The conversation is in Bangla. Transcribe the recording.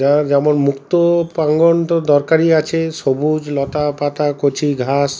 যার যেমন মুক্ত প্রাঙ্গণ তো দরকারই আছে সবুজ লতা পাতা কচি ঘাস